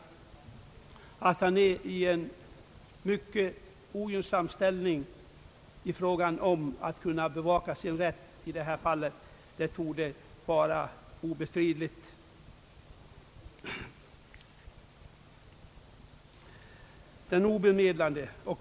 Att han är i en mycket ogynnsam ställning när det gäller att bevaka sin rätt i detta fall torde vara obestridligt.